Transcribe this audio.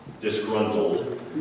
disgruntled